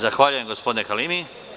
Zahvaljujem gospodine Halimi.